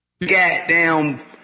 Goddamn